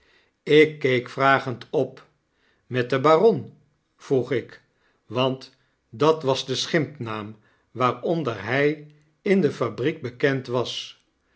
ik keek vragend op met den baron vroeg ik want dat was de schimpnaam waaronder hij in de fabriek bekend was